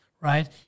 right